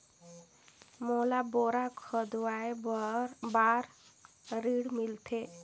मोला बोरा खोदवाय बार ऋण मिलथे?